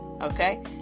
okay